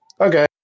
Okay